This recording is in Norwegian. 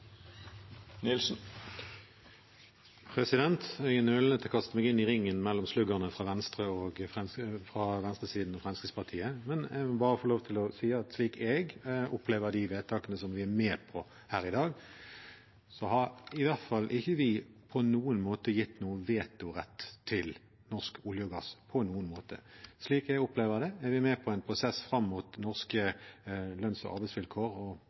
Nilsen har hatt ordet to gonger tidlegare og får ordet til ein kort merknad, avgrensa til 1 minutt. Jeg er nølende til å kaste meg inn i ringen mellom sluggerne fra venstresiden og Fremskrittspartiet, men vil bare få lov til å si at slik jeg opplever de vedtakene som vi er med på her i dag, har i hvert fall ikke vi på noen måte gitt noen vetorett til Norsk olje og gass. Slik jeg opplever det, er vi med på en prosess fram mot norske lønns- og arbeidsvilkår og